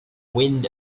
wind